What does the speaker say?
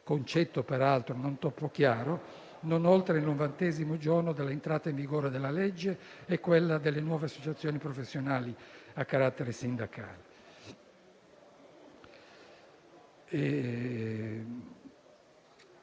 concetto peraltro non troppo chiaro - non oltre il novantesimo giorno dall'entrata in vigore della legge, e quella delle nuove associazioni professionali a carattere sindacale;